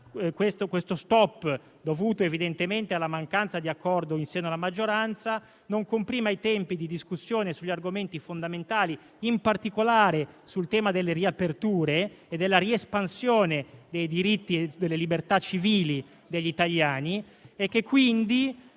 questo stop, dovuto evidentemente alla mancanza di accordo in seno alla maggioranza, non comprima i tempi di discussione su argomenti fondamentali, in particolare sul tema delle riaperture e della riespansione dei diritti e delle libertà civili degli italiani, e che quindi